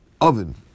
oven